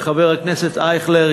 וחבר הכנסת אייכלר,